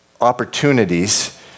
opportunities